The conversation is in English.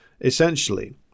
essentially